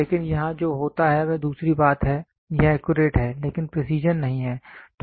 लेकिन यहां जो होता है वह दूसरी बात है यह एक्यूरेट है लेकिन प्रेसीजन नहीं है